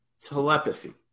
telepathy